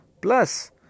plus